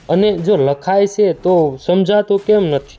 અને જો લખાય છે તો સમજાતું કેમ નથી